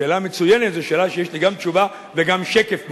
שאלה מצוינת זו שאלה שיש לי גם תשובה וגם שקף מוכן.